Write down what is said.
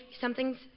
something's